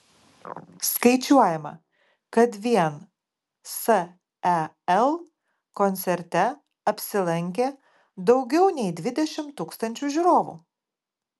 skaičiuojama kad vien sel koncerte apsilankė daugiau nei dvidešimt tūkstančių žiūrovų